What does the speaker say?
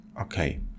okay